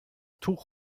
tuch